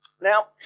Now